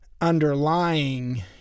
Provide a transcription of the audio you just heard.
underlying